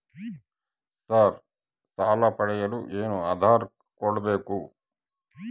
Sir ಸಾಲ ಪಡೆಯಲು ಏನು ಆಧಾರ ಕೋಡಬೇಕು?